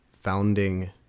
founding